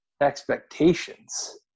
expectations